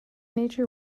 nature